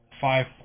five